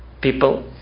people